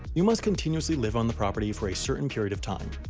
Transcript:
you must continuously live on the property for a certain period of time.